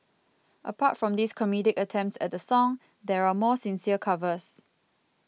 apart from these comedic attempts at the song there are more sincere covers